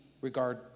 regard